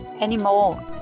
anymore